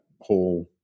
whole